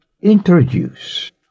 introduce